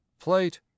plate